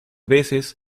veces